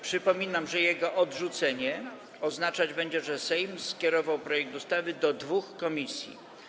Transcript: Przypominam, że jego odrzucenie oznaczać będzie, że Sejm skierował projekt ustawy do dwóch komisji.